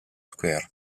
square